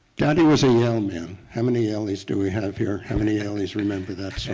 daddy was a young man. how many yalees do we have here? how many yalees remember that song?